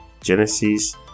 Genesis